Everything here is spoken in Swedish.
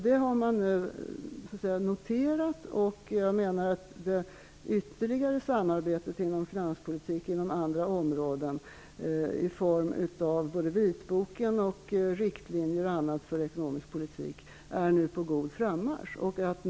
Det har man noterat, och ytterligare samarbete inom finanspolitiken på andra områden i form av både en vitbok och riktlinjer för ekonomisk politik är nu på god frammarsch.